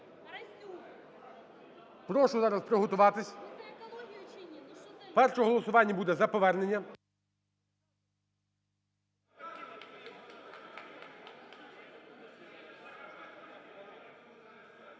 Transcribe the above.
Прошу зараз приготуватись. Перше голосування буде за повернення.